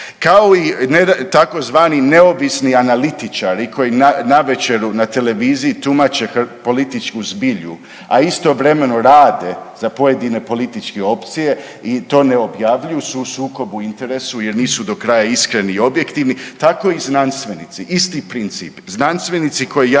Kao i tzv. neovisni analitičari koji navečer na televiziji tumače političku zbilju, a istovremeno rade za pojedine političke opcije i to ne objavljuju su u sukobu interesa jer nisu do kraja iskreni i objektivni, tako i znanstvenici, isti princip. Znanstvenici koji jako